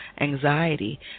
anxiety